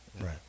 Right